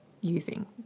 using